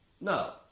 No